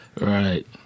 Right